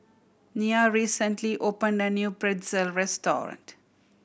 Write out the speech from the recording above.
Nya recently opened a new Pretzel restaurant